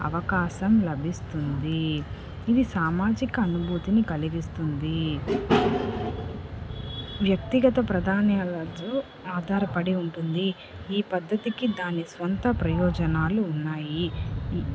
అవకాశం లభిస్తుంది ఇది సామాజిక అనుభూతిని కలిగిస్తుంది వ్యక్తిగత ప్రధాన్యాలతో ఆధారపడి ఉంటుంది ఈ పద్ధతికి దాని సొంత ప్రయోజనాలు ఉన్నాయి